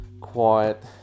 quiet